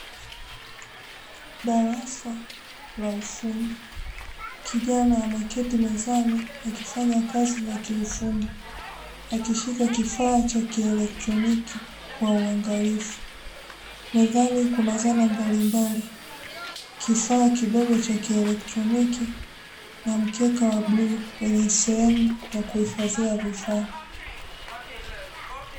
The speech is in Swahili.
Darasa la ufundi kijana ameketi mezani akifanya kazi za kiufundi akishika kifaa cha kielektroniki kwa uangalifu, mezani kuna zana mbalimbali kifaa kidogo cha kielektroniki na mkeka wa bluu kwenye sehemu ya kuhifadhia vifaa.